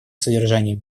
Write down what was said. содержанием